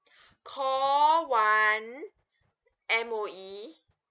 call one M_O_E